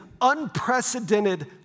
unprecedented